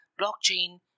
Blockchain